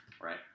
right